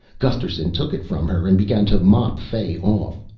gusterson took it from her and began to mop fay off.